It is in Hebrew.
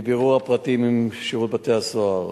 מבירור הפרטים עם שירות בתי-הסוהר,